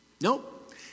Nope